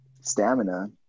stamina